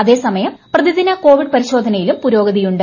അതേസമയം പ്രതിദിന കോവിഡ് പരിശോധനയിലും പുരോഗതിയുണ്ട്